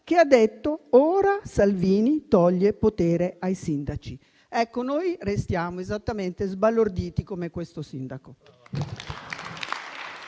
che ha detto: ora Salvini toglie potere ai sindaci. Ecco, noi restiamo sbalorditi esattamente come questo sindaco.